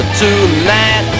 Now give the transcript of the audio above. tonight